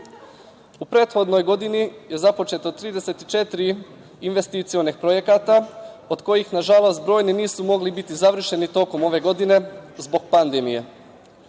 U prethodnoj godini je započeto 34 investicionih projekata, od kojih nažalost brojni nisu mogli biti završeni tokom ove godine zbog pandemije.